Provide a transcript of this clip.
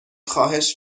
خواهش